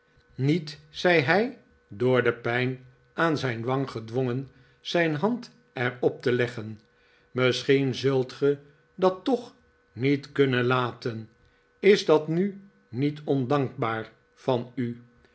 niet zei hij door de pijn aan zijn wang gedwongen zijn hand er op te leggen misschien zult ge dat toch niet kunnen laten is dat nu niet ondankbaar van u